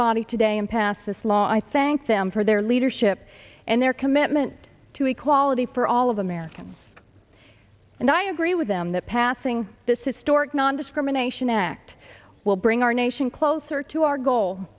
body today and pass this law i thank them for their leadership and their commitment to equality for all of americans and i agree with them that passing this historic nondiscrimination act will bring our nation closer to our goal